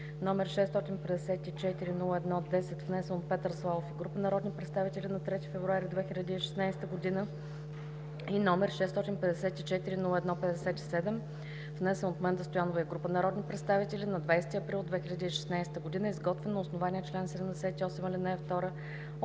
г.; № 654-01-10, внесен от Петър Славов и група народни представители на 3 февруари 2016 г.; и № 654-01-57, внесен от Менда Стоянова и група народни представители на 20 април 2016 г., изготвен на основание чл. 78, ал. 2